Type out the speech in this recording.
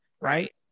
right